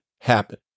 happen